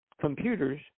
computers